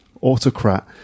autocrat